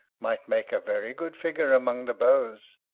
might make a very good figure among the beaus.